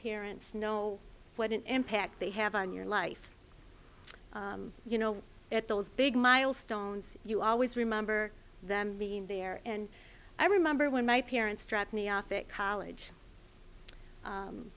parents know what an impact they have on your life you know at those big milestones you always remember them being there and i remember when my parents dropped me off it college